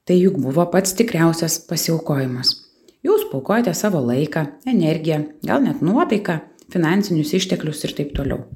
tai juk buvo pats tikriausias pasiaukojimas jūs paaukojote savo laiką energiją gal net nuotaiką finansinius išteklius ir taip toliau